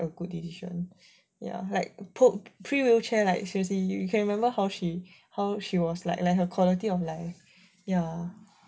like pre-wheelchair like seriously you can remember how she how she was like like her quality of life ya